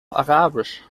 arabisch